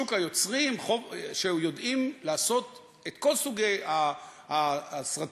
שוק היוצרים, שיודעים לעשות את כל סוגי הסרטים: